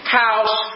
house